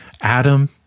Adam